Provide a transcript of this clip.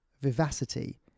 vivacity